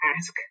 ask